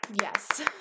Yes